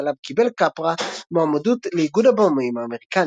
עליו קיבל קפרה מועמדות לאיגוד הבמאים האמריקני.